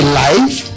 life